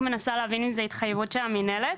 האם זאת התחייבות של המינהלת?